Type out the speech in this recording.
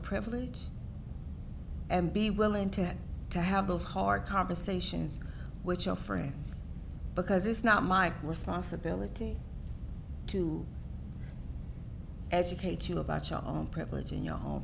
privilege and be willing to to have those hard conversations which are friends because it's not my responsibility to educate you about your own privilege in your home